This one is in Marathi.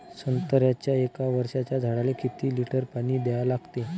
संत्र्याच्या एक वर्षाच्या झाडाले किती लिटर पाणी द्या लागते?